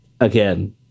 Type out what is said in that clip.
again